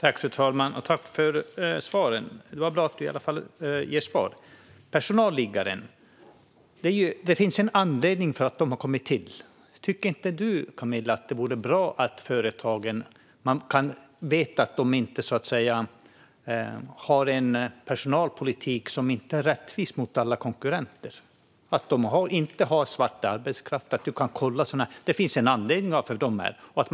Fru talman! Tack för svaret - det var bra att jag i alla fall kunde få ett svar! Det finns en anledning till att personalliggarna har kommit till. Tycker inte du, Camilla Brodin, att det är bra att man kan få veta att företagen har en personalpolitik som är rättvis mot alla konkurrenter? Är det inte bra att få veta att företagen inte har svart arbetskraft? Är det inte bra att man kan kolla sådana saker? Det finns en anledning till att man har personalliggare.